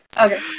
Okay